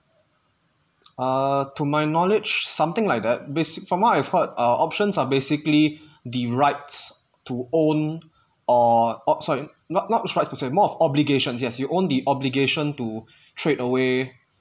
err to my knowledge something like that basic from what I've heard uh options are basically the rights to own or !oops! sorry not not sorry to say more of obligations yes you own the obligation to trade away